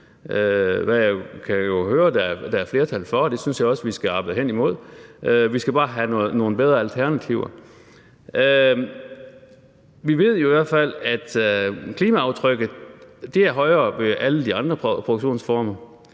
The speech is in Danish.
der er flertal for, og det synes jeg også vi skal arbejde henimod – at vi så bare skal have nogle bedre alternativer. Vi ved i hvert fald, at klimaaftrykket er højere ved alle de andre produktionsformer.